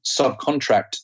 subcontract